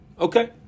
Okay